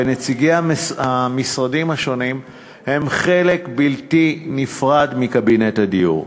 ונציגי המשרדים השונים הם חלק בלתי נפרד מקבינט הדיור.